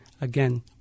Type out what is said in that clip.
again